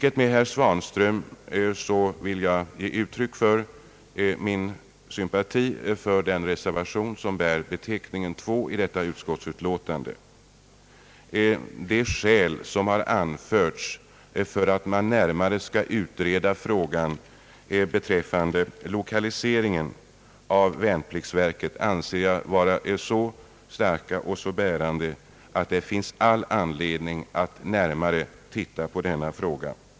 Mitt andra skäl till att jag tar till orda i denna debatt är att jag, liksom herr Svanström, vill uttrycka sympati för reservation 2 vid utskottets utlåtande. De skäl som anförts för utredning av frågan om värnpliktsverkets lokalisering är enligt min mening så starka och bärande, att det finns all anledning att titta närmare på denna fråga.